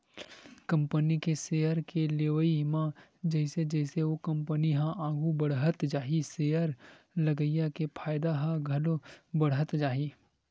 company के share के लेवई म जइसे जइसे ओ कंपनी ह आघू बड़हत जाही सेयर लगइया के फायदा ह घलो बड़हत जाही